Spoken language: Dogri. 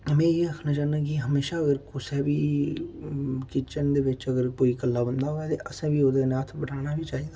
में इ'यां आक्खना चाह्न्नां कि हमेशां अगर कुसै बी किचन दे बिच्च अगर कोई कल्ला बंदा होआ ते असें बी ओह्दे कन्नै हत्थ बटाना बी चाहि्दा